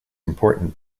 important